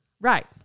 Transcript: Right